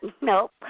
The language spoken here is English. Nope